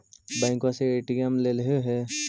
बैंकवा से ए.टी.एम लेलहो है?